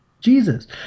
jesus